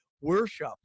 worship